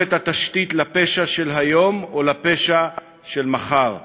את התשתית לפשע של היום או לפשע של מחר.